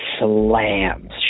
slams